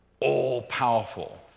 all-powerful